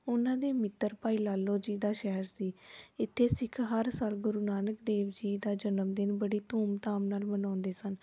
ਉਹਨਾਂ ਦੇ ਮਿੱਤਰ ਭਾਈ ਲਾਲੋ ਜੀ ਦਾ ਸ਼ਹਿਰ ਸੀ ਇੱਥੇ ਸਿੱਖ ਹਰ ਸਾਲ ਗੁਰੂ ਨਾਨਕ ਦੇਵ ਜੀ ਦਾ ਜਨਮਦਿਨ ਬੜੀ ਧੂਮਧਾਮ ਨਾਲ ਮਨਾਉਂਦੇ ਸਨ